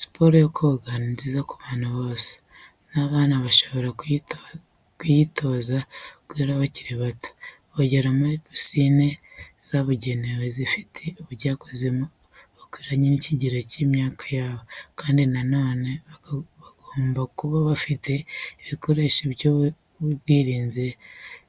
Siporo yo koga ni nziza ku bantu bose, n'abana bashobora kuyitoza guhera bakiri bato, bogera muri pisine zabugenewe zifite ubujyakuzimu bukwiranye n'ikigero cy'imyaka yabo, kandi na none bagomba kuba bafite ibikoresho by'ubwirinzi